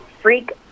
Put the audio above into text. freak